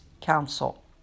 council